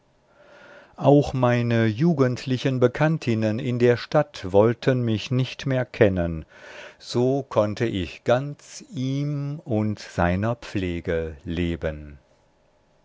auch meine jugendlichen bekanntinnen in der stadt wollten mich nicht mehr kennen so konnte ich ganz ihm und seiner pflege leben